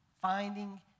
Finding